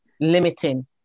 limiting